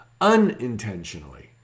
unintentionally